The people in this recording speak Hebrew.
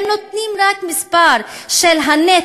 הם רק נותנים את המספר של הנטו,